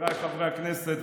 חבריי חברי הכנסת,